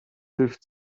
hilft